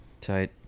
Tight